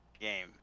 game